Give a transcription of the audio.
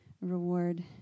reward